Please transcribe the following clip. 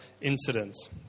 incidents